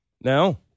Now